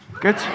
Good